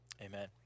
Amen